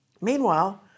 Meanwhile